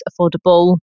affordable